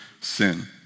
sin